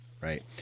right